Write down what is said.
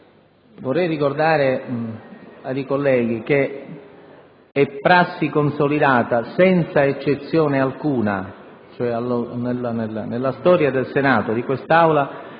Vorrei ricordare ai colleghi che è prassi consolidata, senza eccezione alcuna, cioè, nella storia del Senato e di quest'Aula